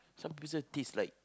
some pieces taste like